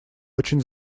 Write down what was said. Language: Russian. очень